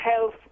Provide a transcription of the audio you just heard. health